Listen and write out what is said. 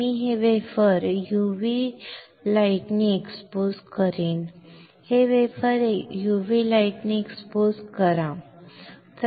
मी हे wafer UV प्रकाशाने expose करीन हे वेफर UV प्रकाशाने एक्सपोज करा ठीक आहे